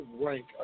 rank